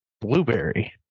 blueberry